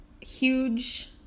huge